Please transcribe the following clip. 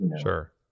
sure